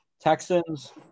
Texans